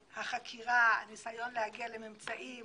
והחקירה, ניסיון להגיע לאמצעים